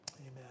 Amen